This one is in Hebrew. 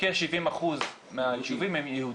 כ-70% מהיישובים הם יהודיים,